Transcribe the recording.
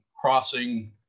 crossing